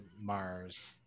Mars